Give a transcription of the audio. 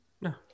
No